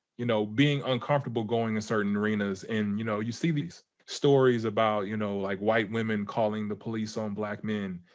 you know being uncomfortable going into certain arenas, and, you know, you see these stories about, you know, like white women calling the police on black men.